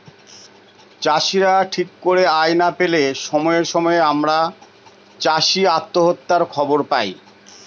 চাষীরা ঠিক করে আয় না পেলে সময়ে সময়ে আমরা চাষী আত্মহত্যার খবর পায়